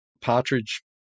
Partridge